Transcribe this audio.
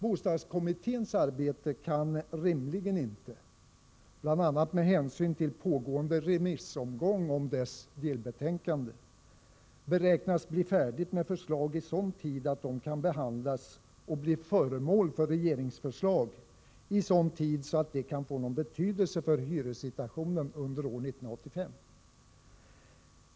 Bostadskommittén kan rimligen inte, bl.a. med hänsyn till pågående remissbehandling av dess delbetänkande, beräknas bli färdig med förslag så snart att de kan behandlas och bli föremål för regeringsförslag i sådan tid att de kan få någon betydelse för hyressituationen under 1985.